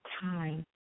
time